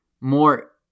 more